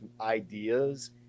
ideas